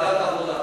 ועדת העבודה.